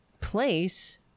place